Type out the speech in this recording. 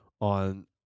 on –